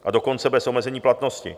A dokonce bez omezení platnosti.